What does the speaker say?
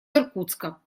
иркутска